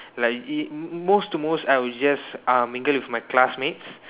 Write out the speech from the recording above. like it most to most I will just uh mingle with my classmates